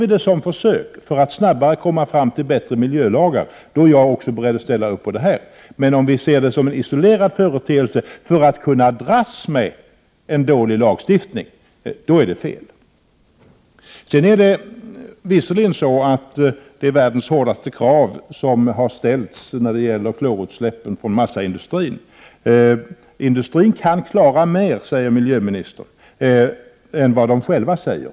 Om det är försök för att snabbare komma fram till bättre miljölagar, då är också jag beredd att ställa upp på dem, men om de skall ses som en isolerad företeelse för att vi skall kunna dras med en dålig lagstiftning, då är det fel. Sedan har visserligen världens hårdaste krav ställts när det gäller klorutsläppen från massaindustrin. Industrin kan, säger miljöoch energiministern, klara mer än vad dess företrädare själva säger.